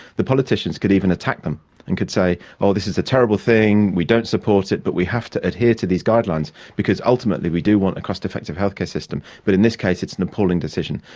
the politicians could even attack them and could say, oh this is a terrible thing, we don't support it but we have to adhere to these guidelines because ultimately we do want a cost-effective healthcare system, but in this case it's an appalling decision.